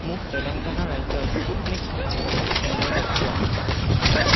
মোক তেলেংগানা ৰাজ্যৰ স্পুটনিক থকা সকলো কেন্দ্ৰ দেখুৱাওক